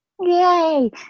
Yay